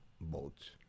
boats